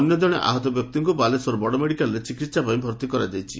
ଅନ୍ୟ ଜଣେ ଆହତ ବ୍ୟକ୍ତିଙ୍କୁ ବାଲେଶ୍ୱର ବଡ଼ମେଡ଼ିକାଲରେ ଚିକିହା କରିବା ପାଇଁ ଭର୍ତି କରାଯାଇଛି